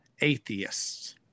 atheists